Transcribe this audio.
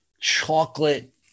chocolate